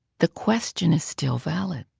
the question is still valid.